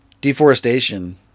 deforestation